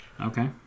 Okay